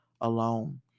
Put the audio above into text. alone